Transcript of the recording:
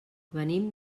venim